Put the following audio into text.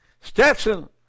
Stetson